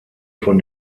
von